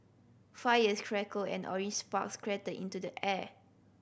fires crackled and orange sparks into the air